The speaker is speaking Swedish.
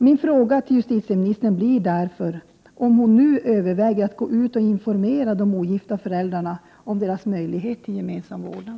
Min fråga till justitieministern blir därför om hon nu överväger att gå ut och informera de ogifta föräldrarna om deras möjlighet till gemensam vårdnad.